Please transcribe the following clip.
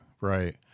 right